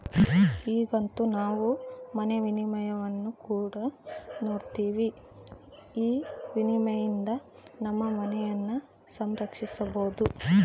ಈಗಂತೂ ನಾವು ಮನೆ ವಿಮೆಯನ್ನು ಕೂಡ ನೋಡ್ತಿವಿ, ಈ ವಿಮೆಯಿಂದ ನಮ್ಮ ಮನೆಯನ್ನ ಸಂರಕ್ಷಿಸಬೊದು